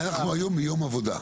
אנחנו היום ביום עבודה.